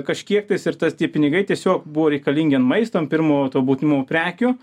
kažkiek tais ir tas tie pinigai tiesiog buvo reikalingi ant maisto ant pirmo to būtinumo prekių